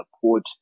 support